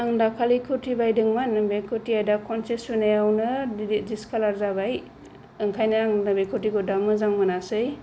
आं दाखालि कुरति बायदोंमोन बे कुरतिया खनसे सुनायावनो डिसकालार जाबाय ओंखायनो आं दा कुरतिखौ दा मोजां मोनासै